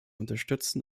unterstützen